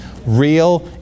real